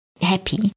happy